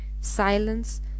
silence